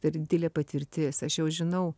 tai yra didelė patirtis aš jau žinau